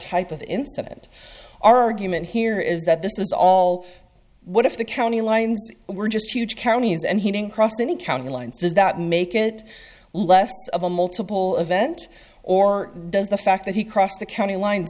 type of incident argument here is that this is all what if the county lines were just huge counties and heating crossed any county lines does that make it less of a multiple event or does the fact that he crossed the county line